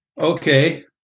Okay